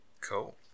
Cool